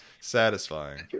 Satisfying